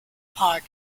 pardon